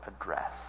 address